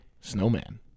snowman